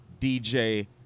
DJ